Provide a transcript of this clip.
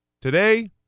Today